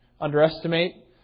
underestimate